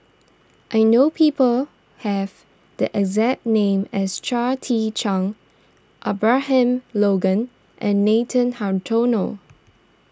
I know people have the exact name as Chia Tee Chiak Abraham Logan and Nathan Hartono